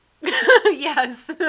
Yes